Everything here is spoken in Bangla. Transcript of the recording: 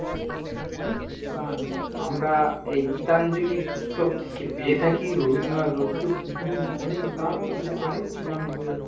এই রকম অনেক গান আমরা এই গীতাঞ্জলি পুস্তক থেকে পেয়ে থাকি রবীন্দ্রনাথ রচিত বিভিন্ন অনেক তার মধ্যে আরেকটি গান হলো